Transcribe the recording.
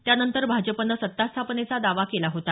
त्यानंतर भाजपनं सत्तास्थापनेचा दावा केला होता